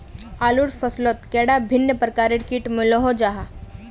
आलूर फसलोत कैडा भिन्न प्रकारेर किट मिलोहो जाहा?